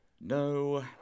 No